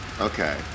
Okay